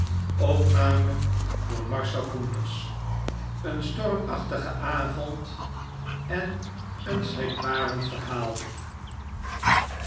barnaby rudge xxxiii een stormachtigen avond en een schrikbarend verhaal